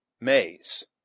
maize